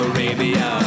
Arabia